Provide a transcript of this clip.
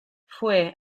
fue